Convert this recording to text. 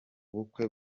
bukwe